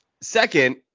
Second